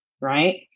right